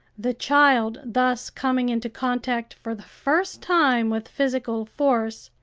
the child, thus coming into contact for the first time with physical force,